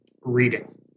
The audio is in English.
reading